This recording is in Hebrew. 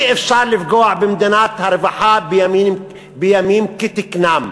אי-אפשר לפגוע במדינת הרווחה בימים כתיקונם,